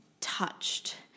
touched